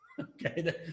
okay